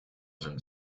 sein